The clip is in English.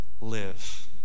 live